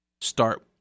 Start